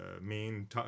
main